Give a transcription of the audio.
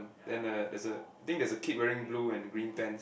then the there's a I think there is a kid wearing blue and green pants